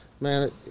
Man